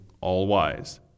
all-wise